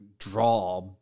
draw